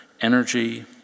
energy